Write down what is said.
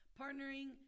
partnering